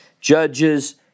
Judges